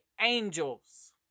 Angels